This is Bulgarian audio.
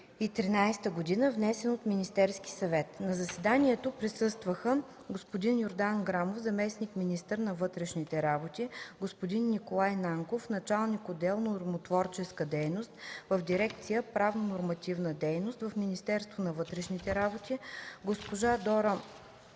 2013 г, внесен от Министерски съвет. На заседанието присъстваха: господин Йордан Грамов – заместник-министър на вътрешните работи; господин Николай Нанков – началник на отдел „Нормотворческа дейност” в дирекция „Правно-нормативна дейност” в Министерството на вътрешните работи, госпожа Дора